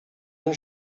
than